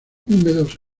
húmedos